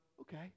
okay